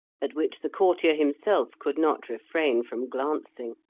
at which the courtier himself could not refrain from glancing.